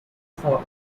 for